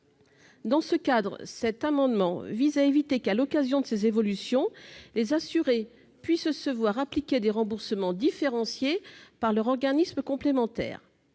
Dans ce cadre, cet amendement tend à éviter qu'à l'occasion de ces évolutions, les assurés ne puissent se voir appliquer des remboursements différenciés par leur organisme complémentaire.